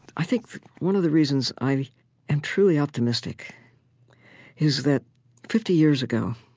i think one of the reasons i am truly optimistic is that fifty years ago,